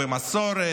ומסורת,